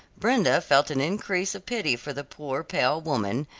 brenda felt an increase of pity for the poor, pale woman,